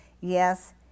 Yes